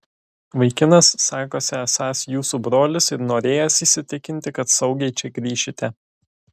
vaikinas sakosi esąs jūsų brolis ir norėjęs įsitikinti kad saugiai čia grįšite